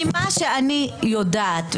ממה שאני יודעת,